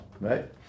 Right